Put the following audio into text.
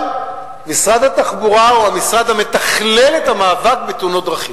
אבל משרד התחבורה הוא המשרד המתכלל את המאבק בתאונות הדרכים.